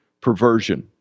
perversion